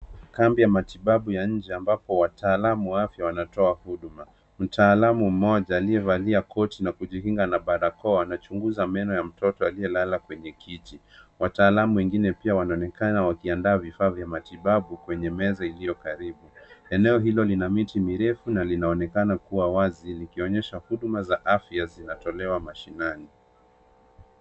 Kambi ya matibabu ya nje ambapo wataalamu wapo wanatoa huduma. Mtaalamu mmoja aliyevalia koti na kujilinga na barakoa, anachunguza meno ya mtoto aliyelala kwenye kiti. Wataalamu wengine pia wanaonekana wakiandaa vifaa vya matibabu kwenye meza iliyo karibu. Eneo hilo lina miti mirefu na linaonekana kuwa wazi, likionyesha huduma za afya zinatolewa mashinani.